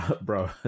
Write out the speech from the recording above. bro